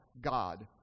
God